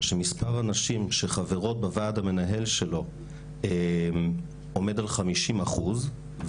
שמספר הנשים שחברות בוועד המנהל שלו עומד על חמישים אחוז,